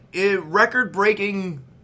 record-breaking